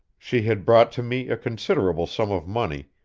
she had brought to me a considerable sum of money,